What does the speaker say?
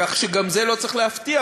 כך שגם זה לא צריך להפתיע.